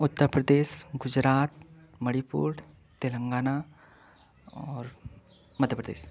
उत्तर प्रदेश गुजरात मणिपुर तेलंगाना और मध्य प्रदेश